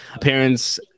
parents